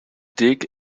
dig